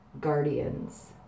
guardians